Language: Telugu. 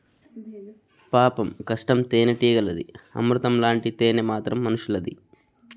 పాపం కష్టం తేనెటీగలది, అమృతం లాంటి తేనె మాత్రం మనుసులది